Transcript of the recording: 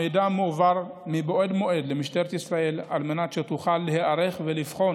המידע מועבר מבעוד מועד למשטרת ישראל על מנת שתוכל להיערך ולבחון